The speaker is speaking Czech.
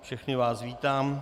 Všechny vás vítám.